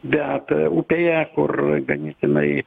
bet upėje kur ganėtinai